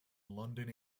london